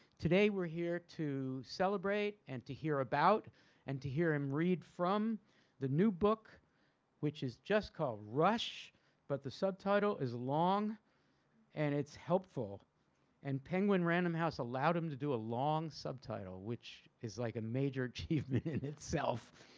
today we're here to celebrate and to hear about and to hear him read from the new book which is just called rush but the subtitle is long and it's helpful and penguin random house allowed him to do a long subtitle which is like a major achievement in itself